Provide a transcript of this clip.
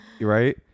right